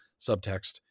subtext